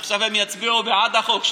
עכשיו הם יצביעו בעד החוק,